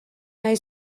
nahi